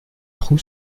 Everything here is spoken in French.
trou